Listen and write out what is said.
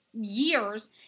Years